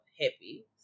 happy